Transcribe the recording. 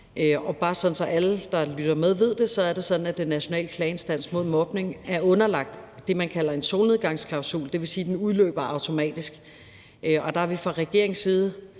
bare sådan, at alle, der lytter med, ved det, så er det sådan, at Den Nationale Klageinstans mod Mobning er underlagt det, man kalder en solnedgangsklausul, og det vil sige, at den udløber automatisk. Og der har vi fra regeringens side